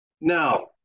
Now